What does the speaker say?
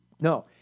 No